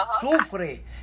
sufre